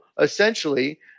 essentially